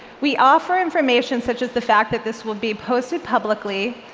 we offer information, such as the fact that this will be posted publicly,